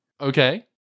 Okay